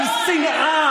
איזה מספר?